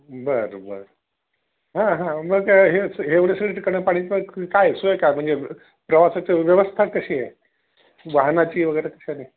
बरं बरं हां हां मग हे एवढं सगळं ठिकाणं पाहण्या काय सोय काय म्हणजे प्रवासाची व्यवस्था कशी आहे वाहनाची वगैरे कशाने